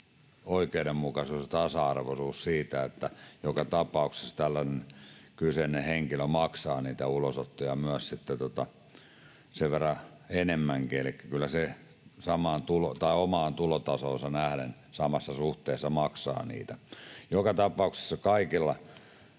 oikeudenmukaisuus ja tasa-arvoisuus siitä, että joka tapauksessa tällainen kyseinen henkilö maksaa niitä ulosottoja myös sen verran enemmänkin, eli kyllä se omaan tulotasoonsa nähden samassa suhteessa maksaa niitä. Joka tapauksessa kaikilla